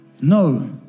No